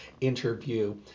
interview